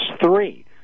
three